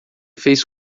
fez